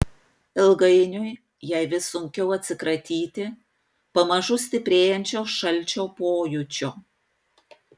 ilgainiui jai vis sunkiau atsikratyti pamažu stiprėjančio šalčio pojūčio